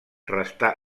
resta